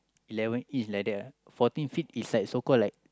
eleven inch like that ah fourteen feet is like so call like